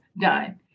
done